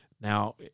Now